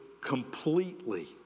completely